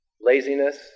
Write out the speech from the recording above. laziness